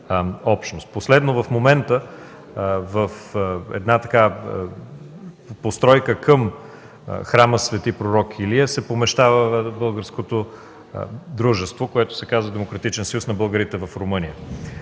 Последно, в момента в една такава постройка към храма „Св. пророк Илия” се помещава българското дружество, което се казва „Демократичен съюз на българите в Румъния”.